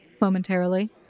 momentarily